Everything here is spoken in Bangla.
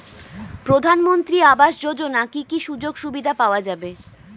প্রধানমন্ত্রী আবাস যোজনা কি কি সুযোগ সুবিধা পাওয়া যাবে?